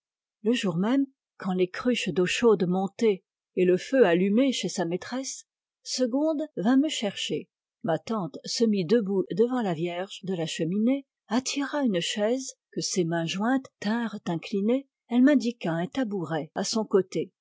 le jour même quand les cruches d'eau chaude montées et le feu allumé chez sa maîtresse segonde vint me chercher ma tante se mit debout devant la vierge de la cheminée attira une chaise que ses mains jointes tinrent inclinée elle m'indiqua un tabouret à son côté